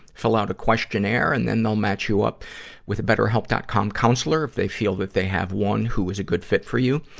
fill out a questionnaire and then they'll match you up with a betterhelp. com counselor, if they feel that they have one who is a good fit for you.